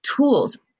tools